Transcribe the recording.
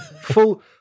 full